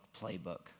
playbook